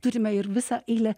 turime ir visą eilę